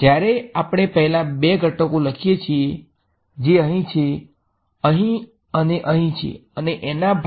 જ્યારે આપણે પહેલા બે ઘટકો લખીએ છીએ જે અહીં છે અહીં અને અહીં છે અને એનાં ભાગો છે